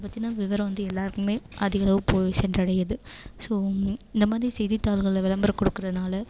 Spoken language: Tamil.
அதை பத்தின விவரம் வந்து எல்லாருக்குமே அதிகளவு போய் சென்றடையுது ஸோ இந்தமாதிரி செய்தித்தாள்களில் விளம்பரம் கொடுக்கறதுனால